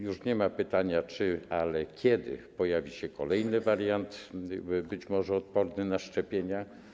Już nie ma pytania o to czy, ale kiedy pojawi się kolejny wariant, być może odporny na szczepienia.